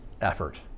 effort